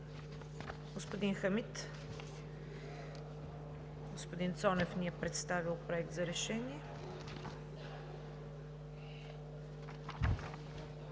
Господин Хамид. Господин Цонев ни е представил Проекта за решение.